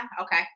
Okay